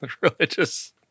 religious